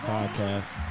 Podcast